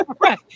right